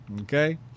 Okay